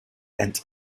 and